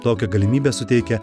tokią galimybę suteikia